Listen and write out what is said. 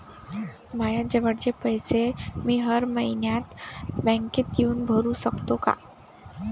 मायाजवळचे पैसे मी हर मइन्यात बँकेत येऊन भरू सकतो का?